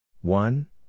one